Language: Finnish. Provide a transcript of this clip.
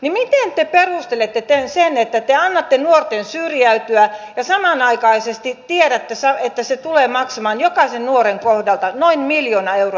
miten te perustelette sen että te annatte nuorten syrjäytyä kun samanaikaisesti tiedätte että se tulee maksamaan jokaisen nuoren kohdalta noin miljoona euroa